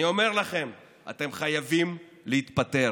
אני אומר לכם, אתם חייבים להתפטר.